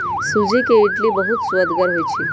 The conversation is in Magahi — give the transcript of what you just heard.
सूज्ज़ी के इडली बहुत सुअदगर होइ छइ